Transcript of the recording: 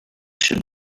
should